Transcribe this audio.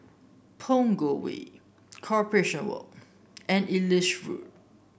Punggol Way Corporation Walk and Ellis Road